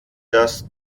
dass